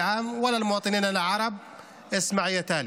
--- תודה.